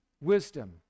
wisdom